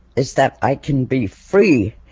is that i can be free.